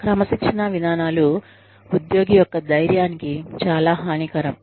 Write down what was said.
క్రమశిక్షణా విధానాలు ఉద్యోగి యొక్క ధైర్యానికి చాలా హానికరం